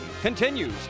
continues